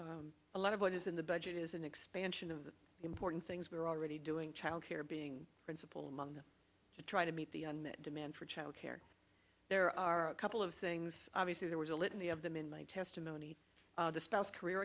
a lot of what is in the budget is an expansion of the important things they're already doing childcare being principal among them to try to meet the demand for child care there are a couple of things obviously there was a litany of them in my testimony the spouse career